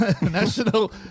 national